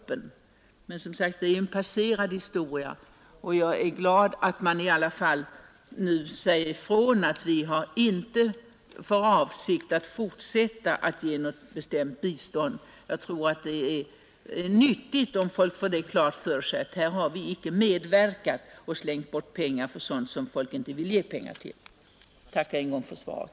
Men det är, som sagt, en passerad historia, och jag är glad över att utrikesministern nu i alla fall förklarar, att vi inte har för avsikt att fortsätta att ge något bestämt bistånd. Jag tror att det är nyttigt att folk får klart för sig, att vi inte har medverkat och slängt bort pengar på sådant som folk inte vill ge pengar till. Jag tackar än en gång för svaret.